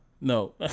No